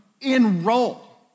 Enroll